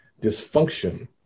dysfunction